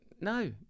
no